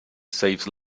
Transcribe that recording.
saves